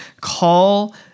call